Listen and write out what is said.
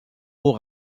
haut